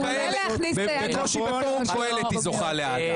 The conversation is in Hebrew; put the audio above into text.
מעולה להכניס את היד --- בקושי בפורום קהלת היא זוכה לאהדה.